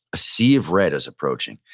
a sea of red is approaching.